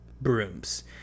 brooms